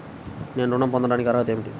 నేను ఋణం పొందటానికి అర్హత ఏమిటి?